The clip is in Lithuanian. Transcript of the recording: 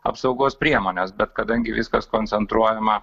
apsaugos priemones bet kadangi viskas koncentruojama